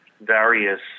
various